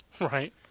Right